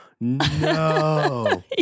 No